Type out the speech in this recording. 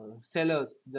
sellers